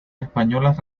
españolas